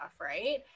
right